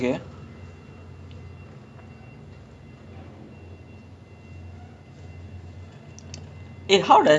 ya ya like because once I started err once I turned eighteen all my friends are like finally can drink lah so so um then